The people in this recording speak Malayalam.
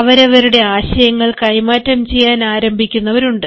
അവരവരുടെ ആശയങ്ങൾ കൈമാറ്റം ചെയ്യാൻ ആരംഭിക്കുന്നവരുണ്ട്